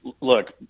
look